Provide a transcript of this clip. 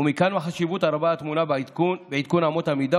ומכאן החשיבות הרבה הטמונה בעדכון אמות המידה